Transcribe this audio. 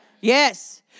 Yes